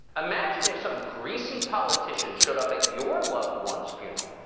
imagine if some greasy politician showed up at your loved one's funeral,